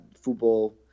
football